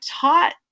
taught